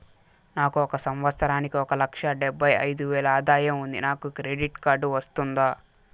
నాకు ఒక సంవత్సరానికి ఒక లక్ష డెబ్బై అయిదు వేలు ఆదాయం ఉంది నాకు క్రెడిట్ కార్డు వస్తుందా?